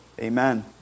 Amen